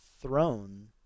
throne